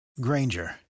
Granger